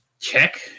check